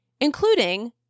Including